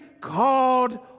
called